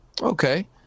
Okay